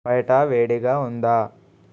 బయట వేడిగా ఉందా